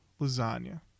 Lasagna